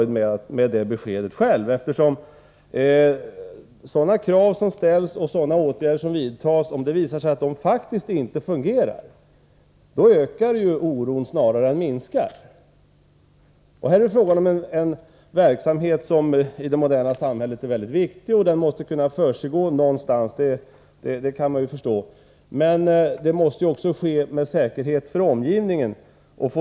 Om det visar sig att anläggningen faktiskt inte fungerar — trots de krav som ställs och de åtgärder som vidtas — medför det att oron ökar snarare än minskar. I detta sammanhang är det fråga om en verksamhet som är väldigt viktig i ett modernt samhälle. Någonstans måste den ju försiggå — det kan man förstå. Men man måste samtidigt garantera omgivningen säkerhet.